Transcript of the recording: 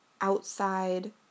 outside